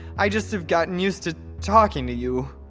i just have gotten used to talking to you,